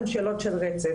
שלהם.